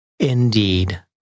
Indeed